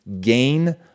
gain